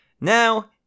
now